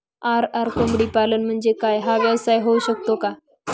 RR कोंबडीपालन म्हणजे काय? हा व्यवसाय होऊ शकतो का?